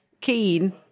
keen